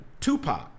Tupac